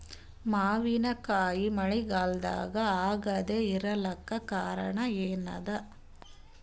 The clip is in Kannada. ಮಾವಿನಕಾಯಿ ಮಳಿಗಾಲದಾಗ ಆಗದೆ ಇರಲಾಕ ಕಾರಣ ಏನದ?